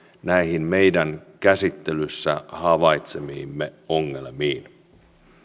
näihin meidän käsittelyssä havaitsemiimme ongelmiin